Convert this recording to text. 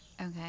Okay